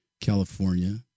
California